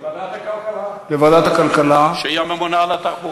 לוועדת הכלכלה, שהיא הממונה על התחבורה.